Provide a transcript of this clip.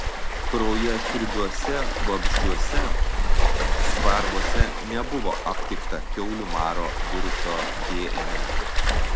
kraujasiurbiuose vabzdžiuose sparvose nebuvo aptikta kiaulių maro viruso dnr